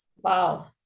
Wow